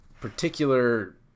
particular